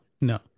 no